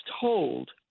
told